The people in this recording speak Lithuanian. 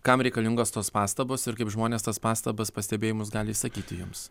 kam reikalingos tos pastabos ir kaip žmonės tas pastabas pastebėjimus gali išsakyti jums